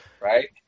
Right